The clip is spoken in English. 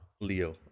Leo